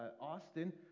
Austin